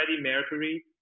Mercury